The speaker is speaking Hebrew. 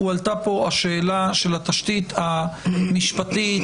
הועלתה פה השאלה של התשתית המשפטית-החוקית